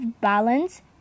balance